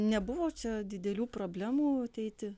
nebuvo čia didelių problemų ateiti